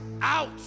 Out